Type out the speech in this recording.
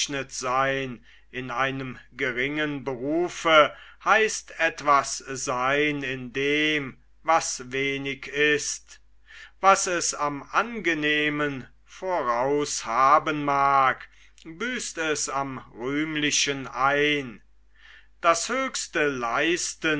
seyn in einem geringen berufe heißt etwas seyn in dem was wenig ist was es am angenehmen voraus haben mag büßt es am rühmlichen ein das höchste leisten